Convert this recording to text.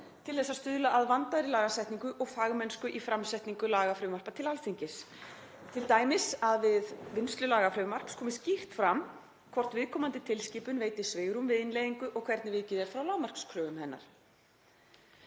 til að stuðla að vandaðri lagasetningu og fagmennsku í framsetningu lagafrumvarpa til Alþingis, t.d. að við vinnslu lagafrumvarps komi skýrt fram hvort viðkomandi tilskipun veiti svigrúm við innleiðingu og hvernig vikið er frá lágmarkskröfum hennar.